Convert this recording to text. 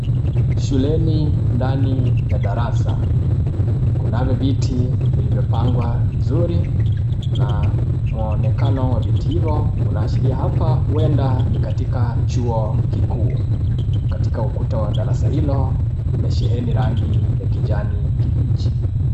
Shuleni ndani ya darasa, kunavyo viti vilivyopangwa vizuri na mwonekano wa viti hivyo vinaashiria hapa huenda ni katika chuo kikuu. Katika ukuta wa darasa hilo umesheheni rangi ya kijani kibichi.